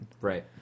Right